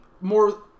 more